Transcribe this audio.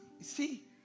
See